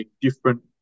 different